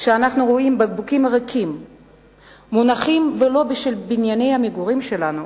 כשאנחנו רואים בקבוקים ריקים מונחים בלובי של בנייני המגורים שלנו,